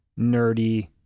nerdy